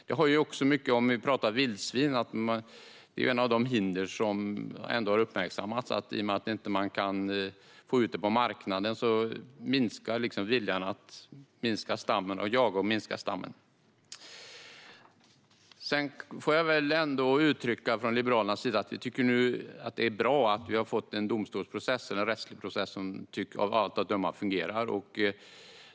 Det är också ett av de hinder mot att nå ut på marknaden som har uppmärksammats, att viljan att jaga och minska stammen blir mindre. Sedan vill jag från Liberalernas sida uttrycka att det är bra att det har införts en rättsprocess som av allt att döma fungerar.